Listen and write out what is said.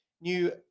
new